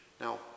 Now